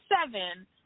seven